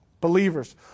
believers